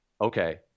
okay